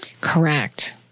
Correct